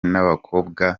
n’abakobwa